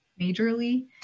majorly